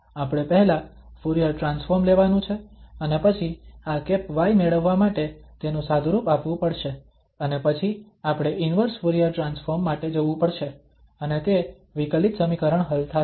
આપણે પહેલા Fourier transform લેવાનું છે અને પછી આ y મેળવવા માટે તેનું સાદુરૂપ આપવું પડશે અને પછી આપણે ઇન્વર્સ ફુરીયર ટ્રાન્સફોર્મ માટે જવું પડશે અને તે વિકલિત સમીકરણ હલ થશે